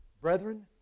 brethren